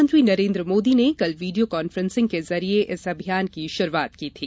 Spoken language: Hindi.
प्रधानमंत्री नरेन्द्र मोदी ने कल वीडियो कांफ्रेंसिंग के जरिये इस अभियान की शुरूआत की थी